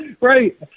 Right